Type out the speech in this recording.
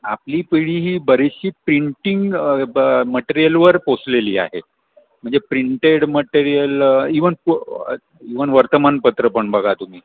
आपली पिढी ही बरीचशी प्रिंटिंग ब मटरियलवर पोसलेली आहे म्हणजे प्रिंटेड मटेरियल इवन पो इवन वर्तमानपत्र पण बघा तुम्ही